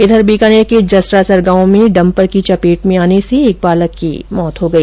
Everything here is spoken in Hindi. इंधर बीकानेर के जसरासरे गांव में डम्पर की चपेंट में आने से एक बालक की मृत्यू हो गई